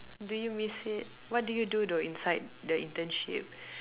do you miss it what do you do though inside the internship